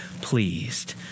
pleased